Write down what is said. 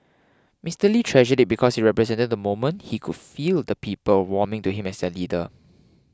Mister Lee treasured it because it represented the moment he could feel the people warming to him as their leader